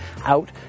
out